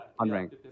unranked